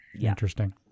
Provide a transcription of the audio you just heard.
Interesting